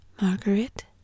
Margaret